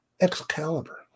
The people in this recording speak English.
Excalibur